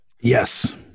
Yes